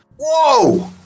Whoa